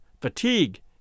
fatigue